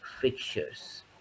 fixtures